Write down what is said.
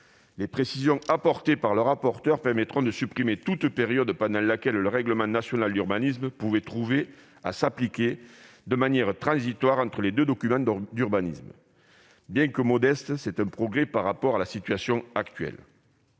Les précisions apportées par le rapporteur permettront de supprimer toute période pendant laquelle le RNU pouvait trouver à s'appliquer de manière transitoire entre les deux documents d'urbanisme. Bien que modeste, c'est un progrès par rapport à la situation actuelle.